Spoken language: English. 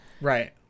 Right